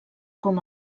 com